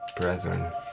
brethren